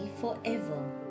forever